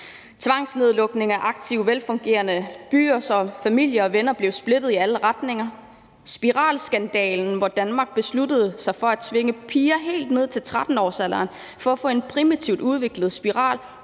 Tvangsnedlukninger af aktive, velfungerende byer, så familier og venner blev splittet i alle retninger; spiralskandalen, hvor Danmark besluttede sig for at tvinge piger helt ned til 13-årsalderen til at få en primitivt udviklet spiral